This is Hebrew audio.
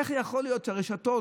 איך יכול להיות שהרשתות